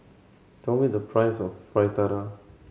tell me the price of Fritada